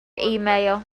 email